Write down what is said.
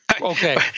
Okay